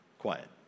Quiet